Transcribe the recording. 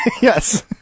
Yes